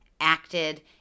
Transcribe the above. acted